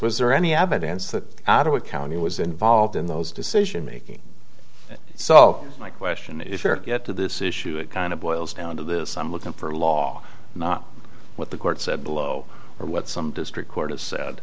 was there any evidence that out of the county was involved in those decision making so my question if you're get to this issue it kind of boils down to this i'm looking for law not what the court said below or what some district court has sa